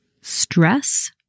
stress